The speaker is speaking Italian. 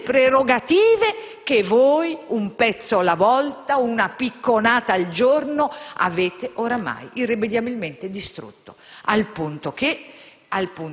quelle prerogative che voi, un pezzo alla volta, una picconata al giorno, avete oramai irrimediabilmente distrutto, al punto che